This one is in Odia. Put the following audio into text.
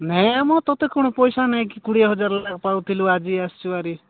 ନାଇଁ ଆମ ତୋତେ କ'ଣ ପଇସା ନେଇକି କୋଡ଼ିଏ ହଜାର ଲେଖାଁ ପାଉ ଥିଲୁ ଆଜି ଆସିଛୁ ଭାରି